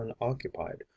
unoccupied